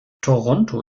toronto